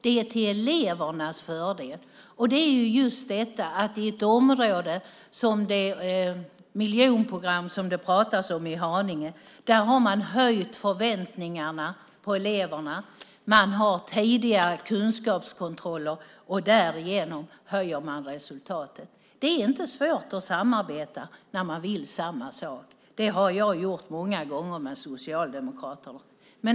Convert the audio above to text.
Det som sker är till elevernas fördel. I det miljonprogramområde som det handlar om i Haninge har man höjt förväntningarna på eleverna, man har tidigare kunskapskontroller och därmed höjer man också resultatet. Det är inte svårt att samarbeta när man vill samma sak. Det har jag gjort många gånger med socialdemokrater.